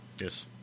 Yes